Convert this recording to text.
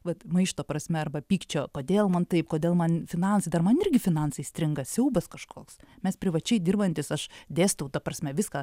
vat maišto prasme arba pykčio kodėl man taip kodėl man finansai dar man irgi finansai stringa siaubas kažkoks mes privačiai dirbantys aš dėstau ta prasme viską